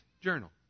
journal